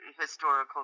historical